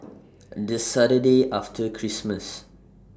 The Saturday after Christmas